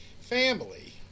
family